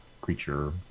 creature